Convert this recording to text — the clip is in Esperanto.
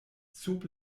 sub